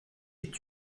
est